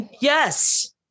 Yes